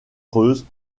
creuses